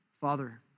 Father